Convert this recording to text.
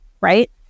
Right